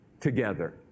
together